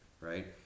right